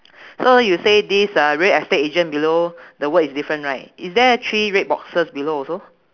so you say this uh real estate agent below the word is different right is there three red boxes below also